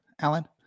Alan